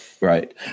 right